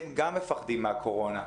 הם גם מפחדים מהקורונה,